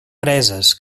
preses